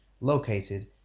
located